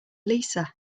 lisa